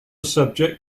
subject